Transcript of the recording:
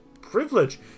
privilege